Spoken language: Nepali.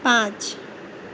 पाँच